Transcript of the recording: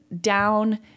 down